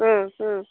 ಹ್ಞೂ ಹ್ಞೂ